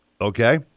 Okay